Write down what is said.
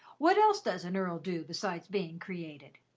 what else does an earl do besides being created?